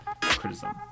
criticism